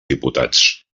diputats